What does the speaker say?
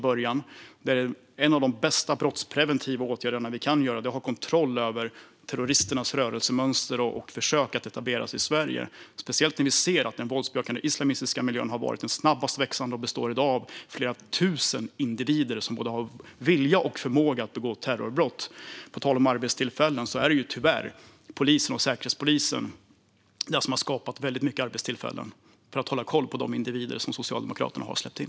En av de bästa brottspreventiva åtgärderna är att ha kontroll över terroristernas rörelsemönster och försök att etablera sig i Sverige, speciellt när vi ser att den våldsbejakande islamistiska miljön har varit den snabbast växande och i dag består av flera tusen individer som har både vilja och förmåga att begå terrorbrott. På tal om arbetstillfällen kan jag säga att det tyvärr har skapats väldigt mycket arbetstillfällen inom polisen och Säkerhetspolisen för att hålla koll på de individer som Socialdemokraterna har släppt in.